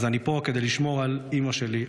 אז אני פה כדי לשמור על אימא שלי,